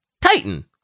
titan